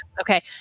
Okay